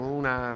una